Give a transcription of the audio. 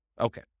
Okay